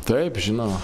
taip žinoma